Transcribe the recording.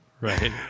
Right